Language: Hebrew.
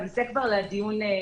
אבל זה כבר לדיון מחר.